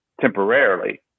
temporarily